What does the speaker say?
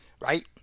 right